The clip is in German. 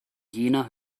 jener